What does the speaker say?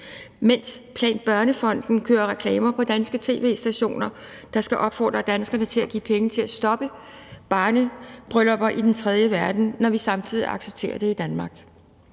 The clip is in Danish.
gør. PlanBørnefonden kører reklamer på danske tv-stationer, der skal opfordre danskerne til at give penge til at stoppe barnebryllupper i den tredje verden, mens vi samtidig accepterer det i Danmark.